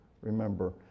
remember